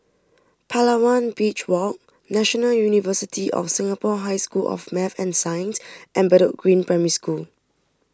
Palawan Beach Walk National University of Singapore High School of Math and Science and Bedok Green Primary School